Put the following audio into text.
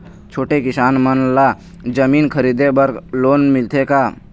छोटे किसान मन ला जमीन खरीदे बर लोन मिलथे का?